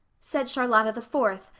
said charlotta the fourth,